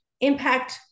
impact